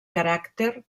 caràcter